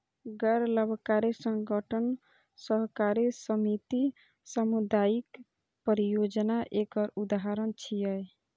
गैर लाभकारी संगठन, सहकारी समिति, सामुदायिक परियोजना एकर उदाहरण छियै